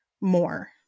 more